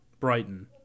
Brighton